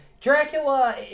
Dracula